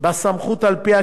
ובסמכות שעל-פיה,